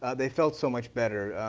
they felt so much better.